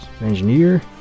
engineer